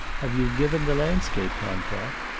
have you given the landscape contract?